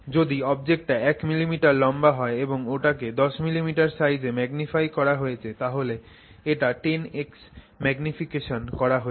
যদি অবজেক্টটা 1 millimeter লম্বা হয় এবং ওটাকে 10 millimeter সাইজে ম্যাগনিফাই করা হয়েছে তাহলে একটা 10x এর ম্যাগনিফিকেশন করা হয়েছে